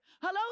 Hello